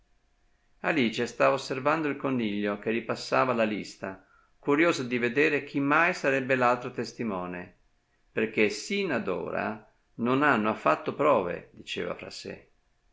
alice stava osservando il coniglio che ripassava la lista curiosa di vedere chi mai sarebbe l'altro testimone perchè sin ad ora non hanno affatto prove diceva fra sè